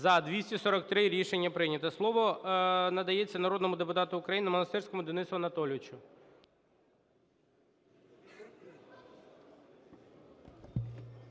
За-243 Рішення прийнято. Слово надається народному депутату України Монастирському Денису Анатолійовичу.